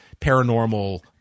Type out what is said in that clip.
paranormal